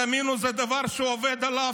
תאמינו, זה דבר שהוא עובד עליו.